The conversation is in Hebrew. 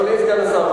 אדוני סגן השר,